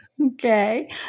Okay